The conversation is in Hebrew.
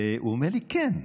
הוא אומר לי: כן.